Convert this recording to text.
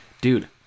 dude